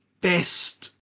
best